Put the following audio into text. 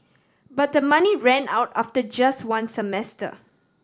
but the money ran out after just one semester